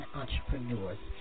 entrepreneurs